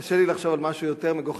קשה לי לחשוב על משהו יותר מגוחך.